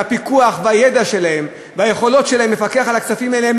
הפיקוח והידע שלהם והיכולות שלהם לפקח על הכספים האלה,